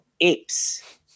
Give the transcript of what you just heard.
apes